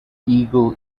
eagle